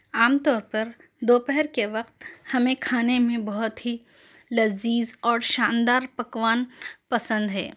عام طور پر دوپہر کے وقت ہمیں کھانے میں بہت ہی لذیز اور شاندار پکوان پسند ہے